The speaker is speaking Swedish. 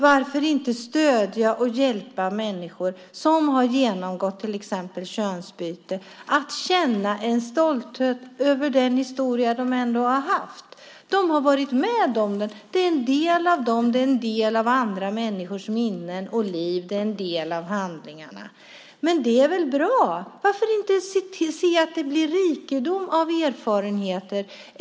Varför inte stödja och hjälpa människor som har genomgått till exempel könsbyte att känna en stolthet över den historia de ändå har haft? De har varit med om den. Det är en del av dem och andra människors minnen och liv. Det är en del av handlingarna. Det är väl bra? Varför inte se till att det blir rikedom av erfarenheter?